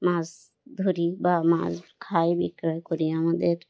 মাছ ধরি বা মাছ খাই বিক্রয় করি আমাদের